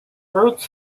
routes